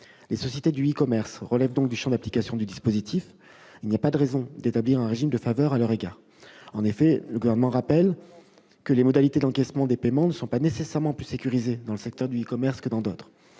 Les sociétés du e-commerce relèvent donc du champ d'application du dispositif. Il n'y a pas de raison d'établir un régime de faveur à leur égard. En effet, le Gouvernement rappelle que les modalités de l'encaissement des paiements ne sont pas nécessairement plus sécurisées dans ce secteur que dans d'autres.